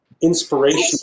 inspirational